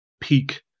peak